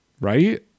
Right